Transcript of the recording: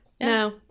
no